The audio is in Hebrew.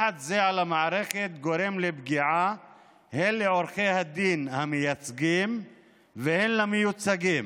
לחץ זה על המערכת גורם לפגיעה הן בעורכי הדין המייצגים והן במיוצגים.